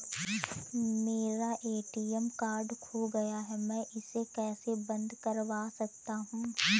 मेरा ATM card खो गया है मैं इसे कैसे बंद करवा सकता हूँ?